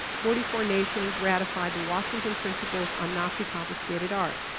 forty four nations ratified the washington principles on nazi confiscated art.